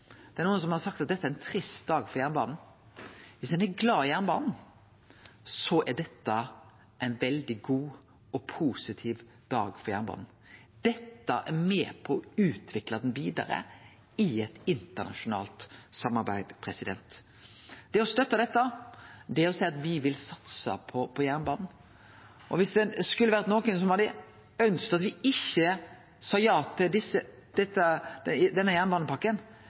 Det er nokre som har sagt at dette er ein trist dag for jernbanen. Dersom ein er glad i jernbanen, er dette ein veldig god og positiv dag for jernbanen. Dette er med på å utvikle jernbanen vidare i eit internasjonalt samarbeid. Å støtte dette er å seie at me vil satse på jernbanen. Dersom det skulle vore nokon som hadde ønskt at me ikkje sa ja til